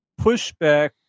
pushback